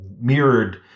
mirrored